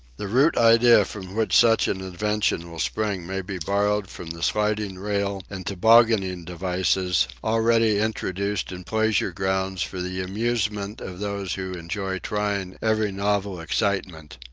the root idea from which such an invention will spring may be borrowed from the sliding rail and tobogganing devices already introduced in pleasure grounds for the amusement of those who enjoy trying every novel excitement.